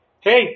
Hey